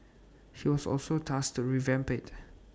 he was also tasked to revamp IT